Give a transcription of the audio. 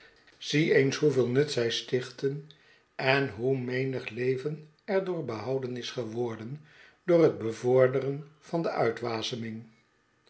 zie eens hoeveel nut zij stichten en hoe menig leven er door behouden is geworden door het bevorderen van de